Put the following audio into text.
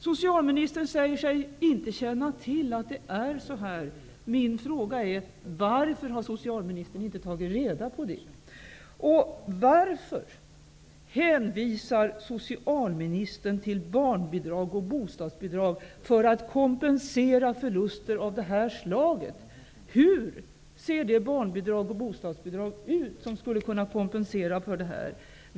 Socialministern säger sig inte känna till att det är så här. Min fråga är: Varför har socialministern inte tagit reda på det? Och varför hänvisar socialministern till barnbidrag och bostadsbidrag för att kompensera förluster av det här slaget? Hur ser de barnbidrag och bostadsbidrag ut som skulle kunna kompensera för det här?